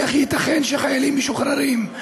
איך ייתכן שחיילים משוחררים,